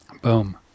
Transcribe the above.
Boom